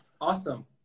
awesome